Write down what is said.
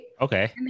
Okay